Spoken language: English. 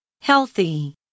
healthy